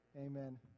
Amen